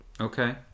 Okay